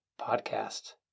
podcast